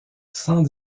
sans